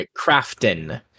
Crafton